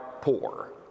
poor